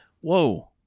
Whoa